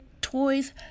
toys